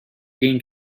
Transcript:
gain